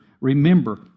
Remember